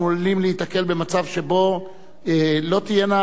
אנחנו עלולים להיתקל במצב שבו לא תהיינה